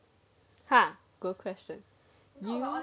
ha good question